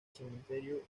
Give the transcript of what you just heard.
cementerio